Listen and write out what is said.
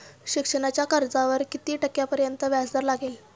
शिक्षणाच्या कर्जावर किती टक्क्यांपर्यंत व्याजदर लागेल?